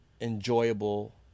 enjoyable